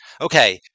Okay